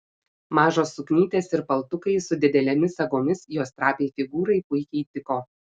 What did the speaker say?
mažos suknytės ir paltukai su didelėmis sagomis jos trapiai figūrai puikiai tiko